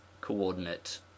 coordinate